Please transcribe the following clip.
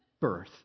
birth